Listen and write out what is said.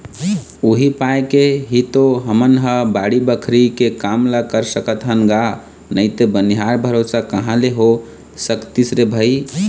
उही पाय के ही तो हमन ह बाड़ी बखरी के काम ल कर सकत हन गा नइते बनिहार भरोसा कहाँ ले हो सकतिस रे भई